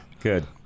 Good